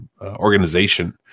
organization